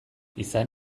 izan